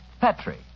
Petri